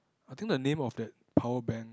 I think the name of that power bank